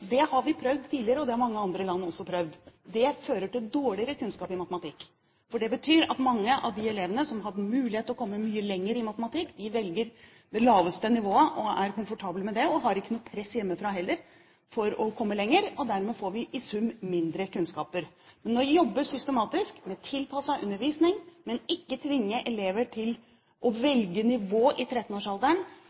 har vi prøvd tidligere, og det har mange andre land også prøvd. Det fører til dårligere kunnskap i matematikk, for det betyr at mange av de elevene som hadde mulighet til å komme mye lenger i matematikk, velger det laveste nivået og er komfortable med det, og har ikke noe press hjemmefra heller for å komme lenger. Dermed får vi i sum mindre kunnskaper. Det å jobbe systematisk med tilpasset undervisning, men ikke tvinge elever til å velge nivå i